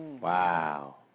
Wow